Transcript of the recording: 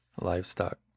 Livestock